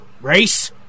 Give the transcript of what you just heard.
Race